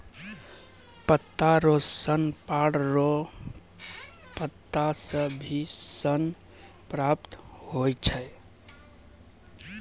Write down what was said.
पत्ता रो सन ताड़ रो पत्ता से भी सन प्राप्त हुवै छै